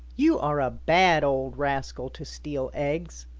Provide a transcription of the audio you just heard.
you are a bad old rascal to steal eggs.